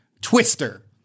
Twister